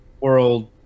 world